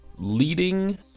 Leading